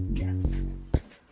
yes.